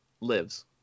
lives